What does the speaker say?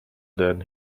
than